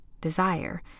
desire